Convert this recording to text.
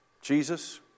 Jesus